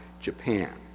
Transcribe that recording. Japan